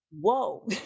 whoa